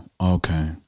okay